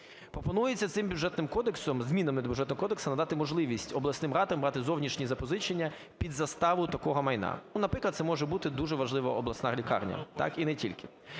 кодексом, змінами до Бюджетного кодексу надати можливість обласним радам брати зовнішні запозичення під заставу такого майна. Ну, наприклад, це може бути дуже важлива обласна лікарня, так, і не тільки.